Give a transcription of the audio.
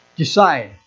decide